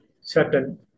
certain